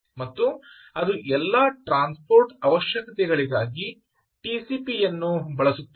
ಮತ್ತು ಅದು ಎಲ್ಲಾ ಟ್ರಾನ್ಸ್ಪೋರ್ಟ್ ಅವಶ್ಯಕತೆಗಳಿಗಾಗಿ ಟಿಸಿಪಿ ಯನ್ನು ಬಳಸುತ್ತದೆ